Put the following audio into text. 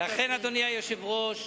לכן, אדוני היושב-ראש,